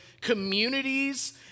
communities